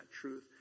truth